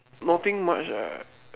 nothing much ah